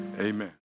Amen